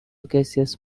cassius